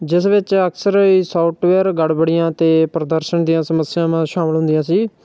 ਜਿਸ ਵਿੱਚ ਅਕਸਰ ਸੋਫਟਵੇਅਰ ਗੜਬੜੀਆਂ ਅਤੇ ਪ੍ਰਦਰਸ਼ਨ ਦੀਆਂ ਸਮੱਸਿਆਵਾਂ ਸ਼ਾਮਲ ਹੁੰਦੀਆਂ ਸੀ